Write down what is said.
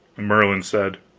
merlin said